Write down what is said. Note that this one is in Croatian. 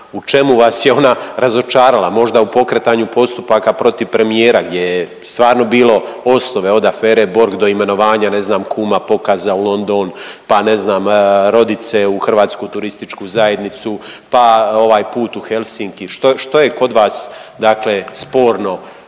u čemu vas je ona razočarala? Možda u pokretanju postupaka protiv premijera gdje je stvarno bilo osnove od afere Borg do imenovanja, ne znam, kuma Pokaza u London, pa ne znam, rodice u hrvatsku turističku zajednicu pa ovaj put u Helsinki. Što je, što je kod vas dakle sporno